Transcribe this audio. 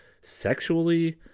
sexually